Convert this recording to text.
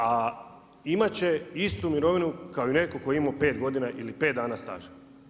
A imat će istu mirovinu kao i netko tko je imao 5 godina ili 5 dana staža.